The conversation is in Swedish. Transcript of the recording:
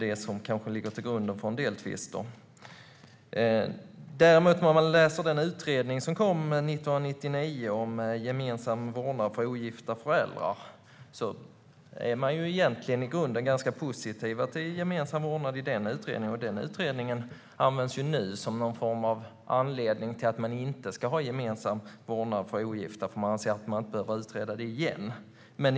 Den utredning som kom 1999 om gemensam vårdnad för ogifta föräldrar är i grunden positiv till gemensam vårdnad. Denna utredning används nu som en anledning till att det inte ska vara gemensam vårdnad för ogifta, och man anser att man inte behöver utreda det igen.